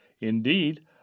Indeed